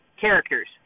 characters